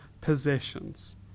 possessions